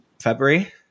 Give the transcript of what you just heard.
February